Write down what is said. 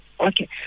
Okay